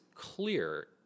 clear